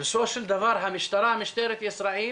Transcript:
בסופו של דבר משטרת ישראל